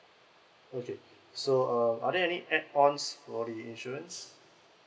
okay so uh are there any add ons for the insurance